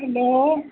hello